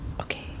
Okay